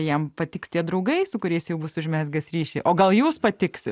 jam patiks tie draugai su kuriais jau bus užmezgęs ryšį o gal jūs patiksit